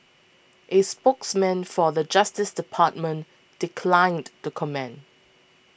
a spokesman for the Justice Department declined to comment